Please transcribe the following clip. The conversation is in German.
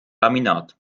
laminat